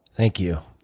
thank you.